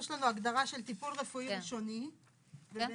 יש לנו הגדרה של טיפול רפואי ראשוני ובמסגרת